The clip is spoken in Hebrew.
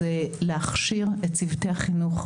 להכשיר את צוותי החינוך,